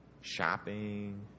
shopping